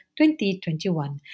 2021